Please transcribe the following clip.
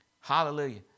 Hallelujah